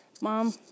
Mom